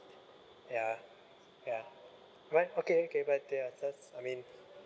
ya ya right okay okay I mean